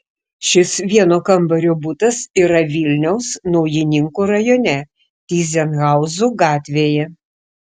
šis vieno kambario butas yra vilniaus naujininkų rajone tyzenhauzų gatvėje